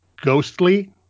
ghostly